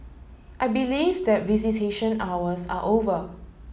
I believe that visitation hours are over